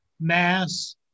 mass